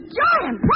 giant